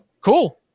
Cool